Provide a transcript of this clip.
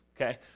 Okay